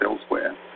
elsewhere